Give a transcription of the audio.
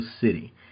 City